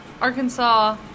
Arkansas